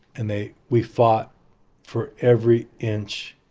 and they we fought for every inch.